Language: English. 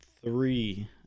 three